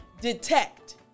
detect